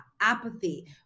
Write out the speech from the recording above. apathy